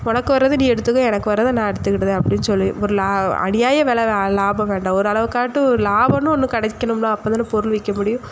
உனக்கு வர்றதை நீ எடுத்துக்கோ எனக்கு வர்றதை நான் எடுத்துக்கிடுதேன் அப்படின்னு சொல்லி ஒரு லா அநியாய வில லாபம் வேண்டாம் ஓரளவுக்காட்டும் லாபம்ன்னு ஒன்று கிடைக்கணும்ல அப்பதானே பொருள் விற்க முடியும்